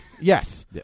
yes